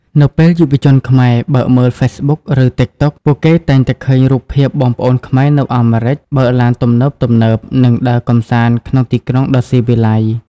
នៅពេលយុវជនខ្មែរបើកមើល Facebook ឬ TikTok ពួកគេតែងតែឃើញរូបភាពបងប្អូនខ្មែរនៅអាមេរិក បើកឡានទំនើបៗ និងដើរកម្សាន្តក្នុងទីក្រុងដ៏ស៊ីវិល័យ។